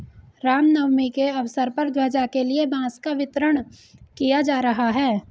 राम नवमी के अवसर पर ध्वजा के लिए बांस का वितरण किया जा रहा है